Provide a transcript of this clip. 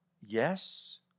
Yes